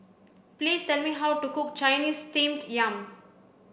please tell me how to cook Chinese steamed yam